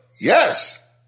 Yes